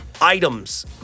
items